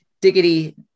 Diggity